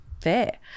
fair